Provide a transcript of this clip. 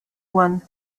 won